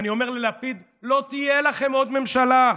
אני אומר ללפיד, לא תהיה לכם עוד ממשלה.